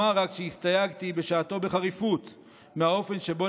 אומר רק שהסתייגתי בשעתו בחריפות מהאופן שבו